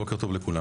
בוקר טוב לכולם,